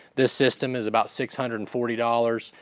this system is about six hundred and forty dollars,